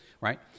right